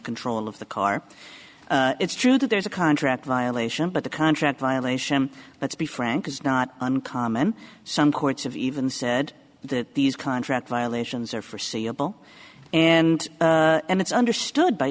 control of the car it's true that there's a contract violation but the contract violation let's be frank is not uncommon some courts have even said that these contract violations are forseeable and it's understood by